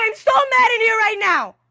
um so mad in here right now!